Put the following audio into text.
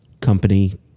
Company